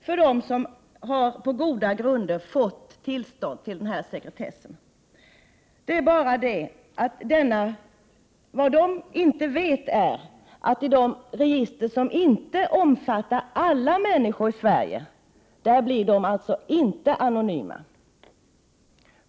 Vad kvinnorna inte vet är att i de register som inte omfattar alla människor i Sverige blir de inte anonyma.